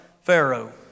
Pharaoh